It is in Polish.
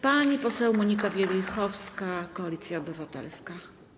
Pani poseł Monika Wielichowska, Koalicja Obywatelska.